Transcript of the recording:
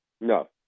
No